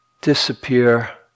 disappear